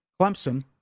Clemson